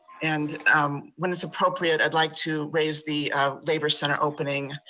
and um when it's appropriate, i'd like to raise the labor center opening,